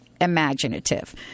Imaginative